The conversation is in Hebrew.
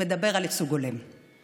מדבר על ייצוג הולם.